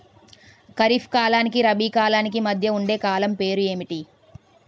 ఖరిఫ్ కాలానికి రబీ కాలానికి మధ్య ఉండే కాలం పేరు ఏమిటి?